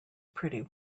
pretty